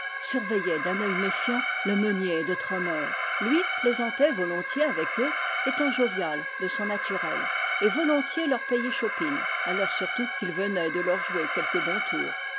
surveillaient d'un œil méfiant le meunier de trô meur lui plaisantait volontiers avec eux étant jovial de son naturel et volontiers leur payait chopine alors surtout qu'il venait de leur jouer quelque bon tour